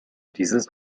dieses